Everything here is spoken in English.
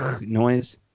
noise